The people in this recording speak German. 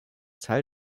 teil